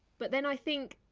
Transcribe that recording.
but then, i think,